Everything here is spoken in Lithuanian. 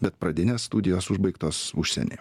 bet pradinės studijos užbaigtos užsieny